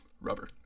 Rubber